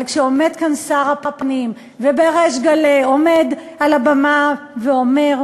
אבל כשעומד כאן שר הפנים ובריש גלי עומד על הבמה ואומר: